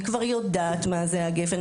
אני כבר יודעת מה זה גפ"ן,